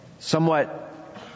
Somewhat